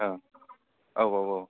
औ औ औ